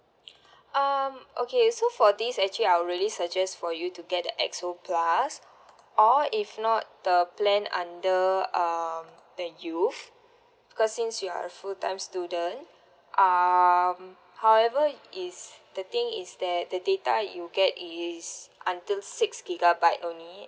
um okay so for this actually I'll really suggest for you to get the X_O plus or if not the plan under um the youth because since you are a full time student um however is the thing is that the data you get is until six gigabyte only